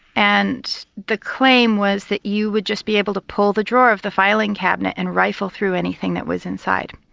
and the claim was that you would just be able to pull the drawer of the filing cabinet and rifle through anything that was inside.